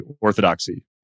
orthodoxy